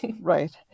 Right